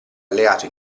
alleato